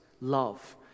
love